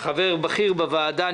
חבר בכיר בוועדה,